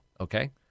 Okay